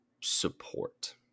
support